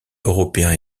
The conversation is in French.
européens